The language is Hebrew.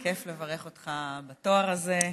כיף לברך אותך בתואר הזה.